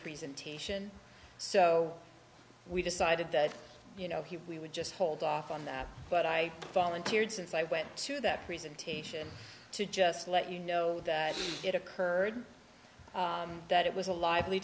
presentation so we decided that you know he would just hold off on that but i volunteered since i went to that presentation to just let you know that it occurred that it was a lively